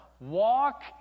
Walk